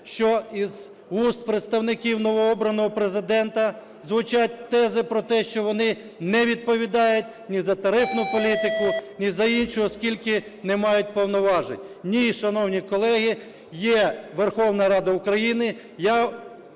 що із вуст представників новообраного Президента звучать тези про те, що вони не відповідають ні за тарифну політику, ні за іншу, оскільки не мають повноважень. Ні, шановні колеги, є Верховна Рада України.